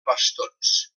bastons